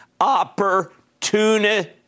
opportunity